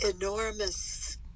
enormous